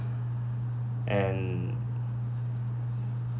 and